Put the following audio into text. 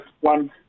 one